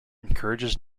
encourages